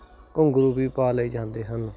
ਘੁੰਗਰੂ ਵੀ ਪਾ ਲਏ ਜਾਂਦੇ ਹਨ